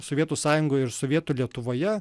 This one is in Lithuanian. sovietų sąjungoj ir sovietų lietuvoje